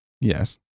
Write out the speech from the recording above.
Yes